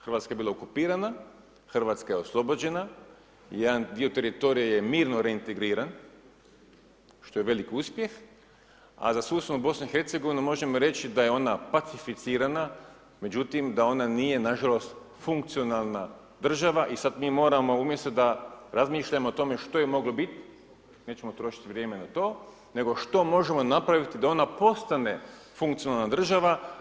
Hrvatska je bila okupirana, Hrvatska je oslobođena, jedan dio teritorija je mirno reintegriran što je veliki uspjeh a za susjednu BiH možemo reći je ona pacificirana međutim da ona nije nažalost funkcionalna država i sad mi moramo umjesto da razmišljamo o tome što je moglo biti, nećemo trošiti vrijeme na to nego što možemo napraviti da ona postane funkcionalna država.